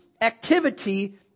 activity